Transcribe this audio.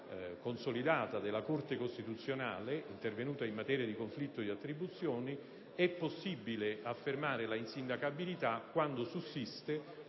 consolidata della Corte costituzionale, intervenuta in materia di conflitto di attribuzioni, è possibile affermare l'insindacabilità quando sussista